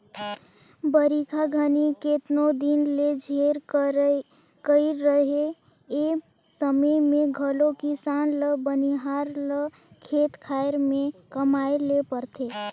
बरिखा घनी केतनो दिन ले झेर कइर रहें ए समे मे घलो किसान ल बनिहार ल खेत खाएर मे कमाए ले परथे